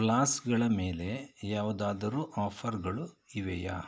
ಫ್ಲಾಸ್ಕ್ಗಳ ಮೇಲೆ ಯಾವುದಾದರು ಆಫರ್ಗಳು ಇವೆಯಾ